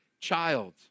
child